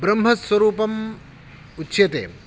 ब्रह्मस्वरूपम् उच्यते